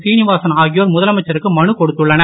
சினிவாசன் ஆகியோர் முதலமைச்சருக்கு மனு கொடுத்துள்ளனர்